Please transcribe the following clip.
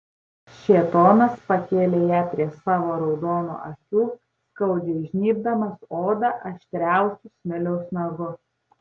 šėtonas pakėlė ją prie savo raudonų akių skaudžiai žnybdamas odą aštriausiu smiliaus nagu